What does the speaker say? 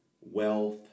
wealth